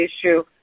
issue